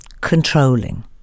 controlling